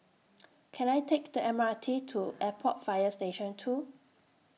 Can I Take The M R T to Airport Fire Station two